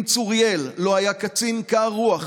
אם צוריאל לא היה קצין קר רוח,